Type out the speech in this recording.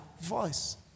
voice